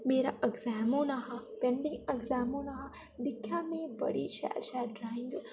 मेरा एग्ज़ाम होना हा पेंटिंग एग्ज़ाम होना हा दिक्खेआ में बड़ी शैल शैल ड्राइंग